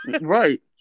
right